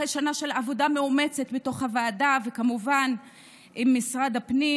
אחרי שנה של עבודה מאומצת בתוך הוועדה וכמובן עם משרד הפנים,